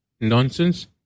nonsense